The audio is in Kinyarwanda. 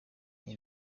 iyi